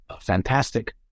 fantastic